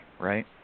right